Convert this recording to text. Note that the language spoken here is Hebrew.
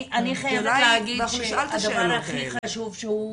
אני חייבת להגיד שהדבר הכי חשוב שהוא אמר,